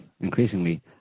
increasingly